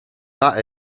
that